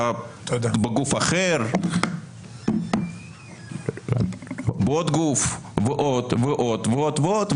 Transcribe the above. בגוף אחר, בעוד גוף, ועוד ועוד ועוד ועוד.